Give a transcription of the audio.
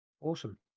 awesome